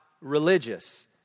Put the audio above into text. religious